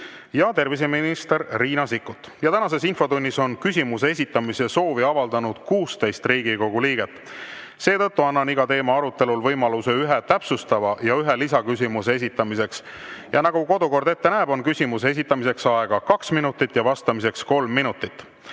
ja terviseminister Riina Sikkut. Tänases infotunnis küsimuse esitamise soovi on avaldanud 16 Riigikogu liiget. Seetõttu annan iga teema arutelul võimaluse ühe täpsustava ja ühe lisaküsimuse esitamiseks. Nagu kodukord ette näeb, on küsimuse esitamiseks aega kaks minutit, vastamiseks kolm minutit.